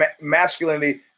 masculinity